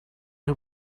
who